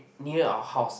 near our house